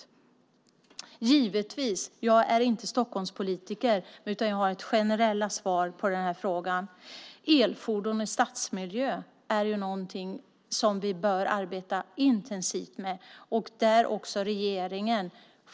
Jag är givetvis inte Stockholmspolitiker, utan jag ger generella svar på frågan. Vi bör arbeta intensivt med elfordon i stadsmiljö.